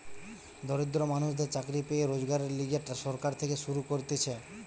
দরিদ্র মানুষদের চাকরি পেয়ে রোজগারের লিগে সরকার থেকে শুরু করতিছে